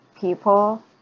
people